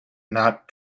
not